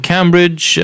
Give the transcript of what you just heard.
Cambridge